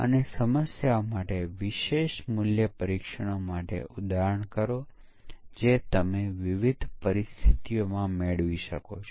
અને જ્યારે આપણે 3 અથવા 4 અથવા એક પછી એક 6 ફિલ્ટર્સ લાગુ કરીએ છીએ ત્યારે બગ ની બચી જવાની સંભાવના કેટલી છે